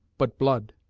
but blood.